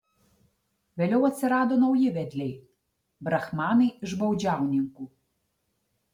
vėliau atsirado nauji vedliai brahmanai iš baudžiauninkų